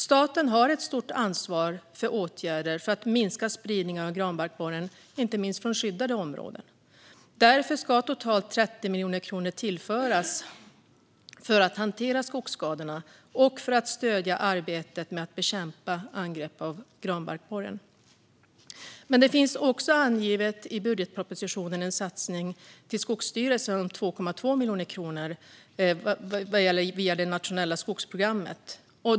Staten har ett stort ansvar för åtgärder för att minska spridning av granbarkborren, inte minst från skyddade områden. Därför ska totalt 30 miljoner kronor tillföras för att hantera skogsskadorna och för att stödja arbetet med att bekämpa angrepp av granbarkborren. I budgetpropositionen finns också en satsning till Skogsstyrelsen på 2,2 miljoner kronor via det nationella skogsprogrammet.